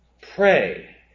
Pray